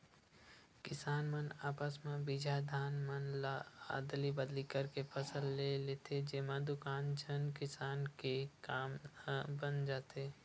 किसान मन आपस म बिजहा धान मन ल अदली बदली करके फसल ले लेथे, जेमा दुनो झन किसान के काम ह बन जाथे